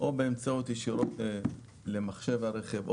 ישירות למחשב הרכב.